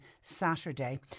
Saturday